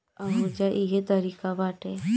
ओहुजा इहे तारिका बाटे